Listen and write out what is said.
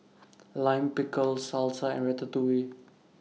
Lime Pickle Salsa and Ratatouille